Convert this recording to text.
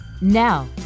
Now